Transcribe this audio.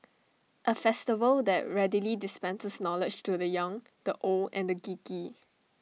A festival that readily dispenses knowledge to the young the old and the geeky